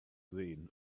sehen